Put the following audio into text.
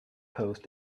post